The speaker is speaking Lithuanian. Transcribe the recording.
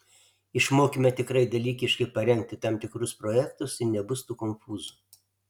išmokime tikrai dalykiškai parengti tam tikrus projektus ir nebus tų konfūzų